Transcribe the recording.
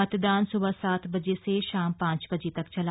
मतदान सुबह सात बजे से शाम पांच बजे तक चला